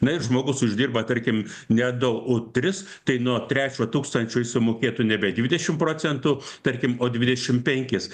na ir žmogus uždirba tarkim ne du o tris tai nuo trečio tūkstančio jis sumokėtų nebe dvidešim procentų tarkim o dvidešim penkis